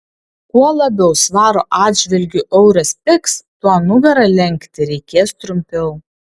kuo labiau svaro atžvilgiu euras pigs tuo nugarą lenkti reikės trumpiau